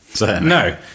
No